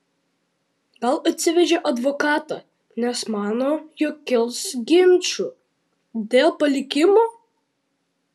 gal atsivežė advokatą nes mano jog kils ginčų dėl palikimo